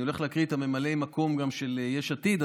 אני הולך להקריא גם את ממלאי המקום של יש עתיד.